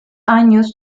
años